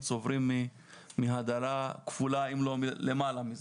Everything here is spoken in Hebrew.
סובלים מהדרה כפולה אם לא למעלה מזה.